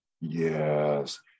Yes